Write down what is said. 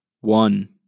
one